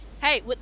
Hey